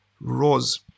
rose